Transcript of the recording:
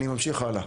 אני ממשיך הלאה.